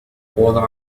وضع